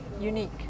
unique